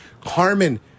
Carmen